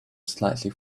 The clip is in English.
slightly